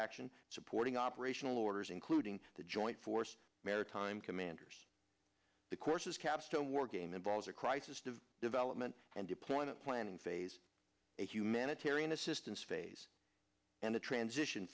action supporting operational orders including the joint force maritime commanders the courses capstone wargame involves a crisis the development and deployment planning phase a humanitarian assistance phase and a transition